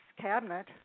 cabinet